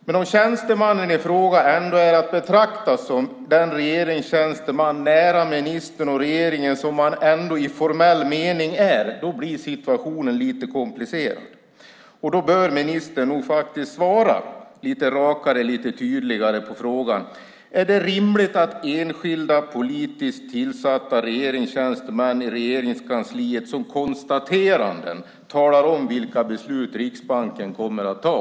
Men om tjänstemannen i fråga ändå är att betrakta som den regeringstjänsteman nära ministern och regeringen som han ändå i formell mening är blir situationen lite komplicerad. Ministern bör nog svara lite rakare och lite tydligare på frågan. Är det rimligt att enskilda politiskt tillsatta regeringstjänstemän i Regeringskansliet i konstateranden talar om vilka beslut som Riksbanken kommer att fatta?